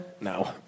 No